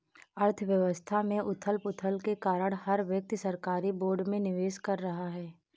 अर्थव्यवस्था में उथल पुथल के कारण हर व्यक्ति सरकारी बोर्ड में निवेश कर रहा है